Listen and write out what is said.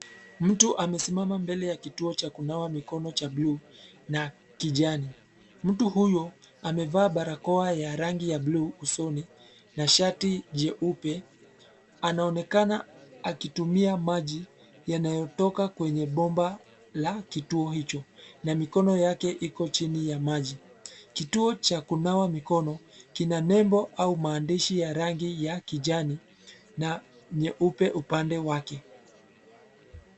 Mtu amesimama mbele ya kituo cha kunawa mikono cha bluu na kijani. Mtu huyo amevaa barakoa ya rangi ya bluu usoni na shati jeupe, anaonekana akitumia maji yanayotoka kwenye bomba la kituo hicho na mikono yake iko chini ya maji. Kituo cha kunawa mikono kina nebo au maandishi ya rangi ya kijani na nyeupe upande wake.